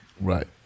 right